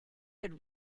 had